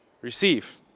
receive